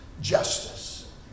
justice